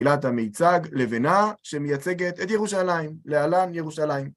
עילת המייצג לבנה שמייצגת את ירושלים, להלן, ירושלים.